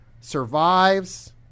survives